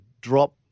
drop